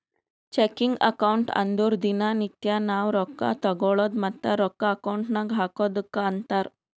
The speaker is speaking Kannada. ಚೆಕಿಂಗ್ ಅಕೌಂಟ್ ಅಂದುರ್ ದಿನಾ ನಿತ್ಯಾ ನಾವ್ ರೊಕ್ಕಾ ತಗೊಳದು ಮತ್ತ ರೊಕ್ಕಾ ಅಕೌಂಟ್ ನಾಗ್ ಹಾಕದುಕ್ಕ ಅಂತಾರ್